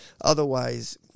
Otherwise